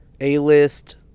A-List